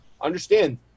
understand